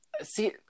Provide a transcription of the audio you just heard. See